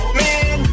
man